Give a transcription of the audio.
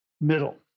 middle